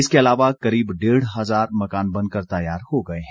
इसके अलावा करीब डेढ़ हजार मकान बनकर तैयार हो गए हैं